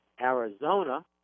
Arizona